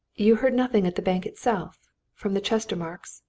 you heard nothing at the bank itself from the chestermarkes?